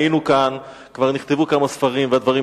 היינו כאן" כבר נכתבו כמה דברים והדברים